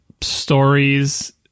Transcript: stories